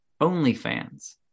OnlyFans